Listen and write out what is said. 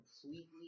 completely